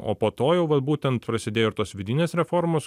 o po to jau vat būtent prasidėjo ir tos vidinės reformos